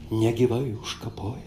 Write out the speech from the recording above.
negyvai užkapoję